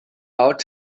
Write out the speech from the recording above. out